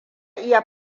iya